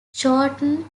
shortened